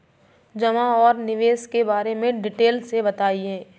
जमा और निवेश के बारे में डिटेल से बताएँ?